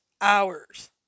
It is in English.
hours